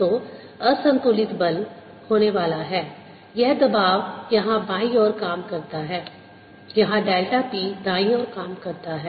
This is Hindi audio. तो असंतुलित बल होने वाला है यह दबाव यहां बाईं ओर काम करता है यहाँ डेल्टा p दाईं ओर काम करता है